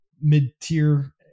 mid-tier